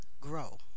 grow